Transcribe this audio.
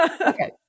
Okay